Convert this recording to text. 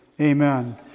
amen